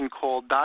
called